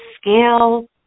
scale